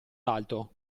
l’alto